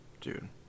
Dude